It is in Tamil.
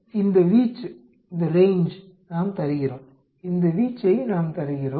எனவே இந்த வீச்சை நாம் தருகிறோம் இந்த வீச்சை நாம் தருகிறோம்